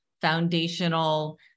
foundational